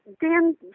Dan